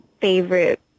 favorite